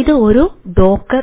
ഇത് ഒരു ഡോക്കർ